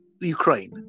Ukraine